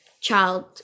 child